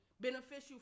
beneficial